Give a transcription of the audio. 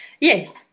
Yes